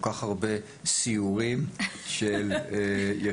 כך הרבה סיורים של יושבת-ראש הוועדה.